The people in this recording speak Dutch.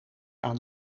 aan